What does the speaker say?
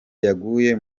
yaguye